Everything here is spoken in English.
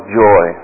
joy